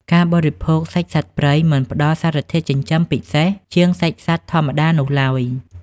ការបរិភោគសាច់សត្វព្រៃមិនផ្តល់សារធាតុចិញ្ចឹមពិសេសជាងសាច់សត្វធម្មតានោះឡើយ។